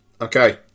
Okay